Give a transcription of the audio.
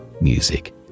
Music